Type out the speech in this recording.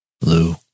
Lou